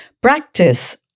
practice